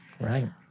Right